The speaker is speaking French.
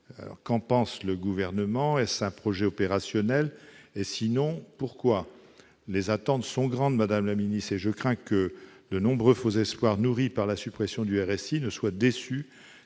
Qu'en pense le Gouvernement ? Est-ce un projet opérationnel ? Et si non, pourquoi ? Les attentes sont grandes, madame la ministre, et je crains que, nourris par la suppression du RSI, de nombreux